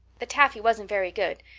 the taffy wasn't very good,